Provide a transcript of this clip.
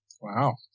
Wow